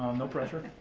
no pressure.